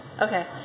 Okay